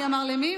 מי אמר למי?